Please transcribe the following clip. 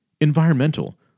Environmental